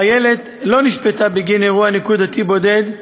החיילת לא נשפטה בגין אירוע נקודתי בודד,